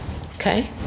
okay